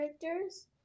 characters